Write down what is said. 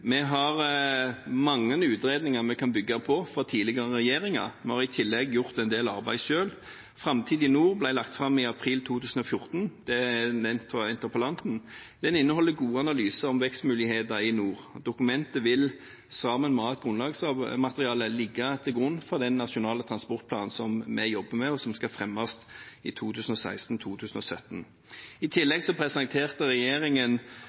Vi har mange utredninger vi kan bygge på fra tidligere regjeringer. Vi har i tillegg gjort en del arbeid selv. «Framtid i nord» ble lagt fram i april 2014 – det er nevnt fra interpellanten. Den inneholder gode analyser om vekstmuligheter i nord. Dokumentet vil sammen med alt grunnlagsmaterialet ligge til grunn for den nasjonale transportplanen som vi jobber med, og som skal fremmes i 2016–2017. I tillegg presenterte regjeringen